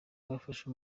bwafashe